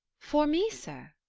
for me, sir?